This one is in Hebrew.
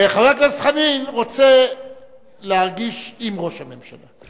לדעתי, חבר הכנסת חנין רוצה להרגיש עם ראש הממשלה.